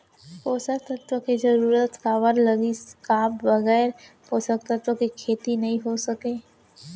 पोसक तत्व के जरूरत काबर लगिस, का बगैर पोसक तत्व के खेती नही हो सके?